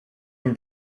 him